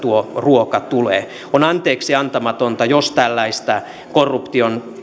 ruoka tulee on anteeksiantamatonta jos tällaista korruption